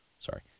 sorry